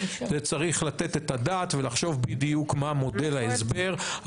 זה צריך לתת את הדעת ולחשוב בדיוק מה מודל ההסבר.